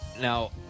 Now